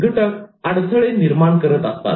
घटक अडथळे निर्माण करत असतात